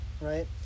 Right